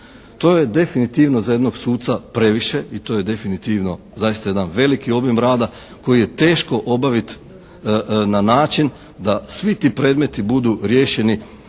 To je definitivno za jednog suca previše i to je definitivno zaista jedan veliki obim rada koji je teško obavit na način da svi ti predmeti budu riješeni